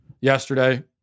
yesterday